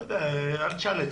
ועוד דבר תזכרו: